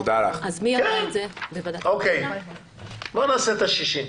בואו נעשה את ה-60.